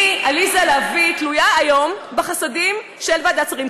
אני, עליזה לביא, תלויה היום בחסדים של ועדת שרים.